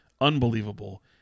unbelievable